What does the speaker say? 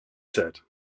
zeit